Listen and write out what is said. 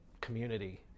community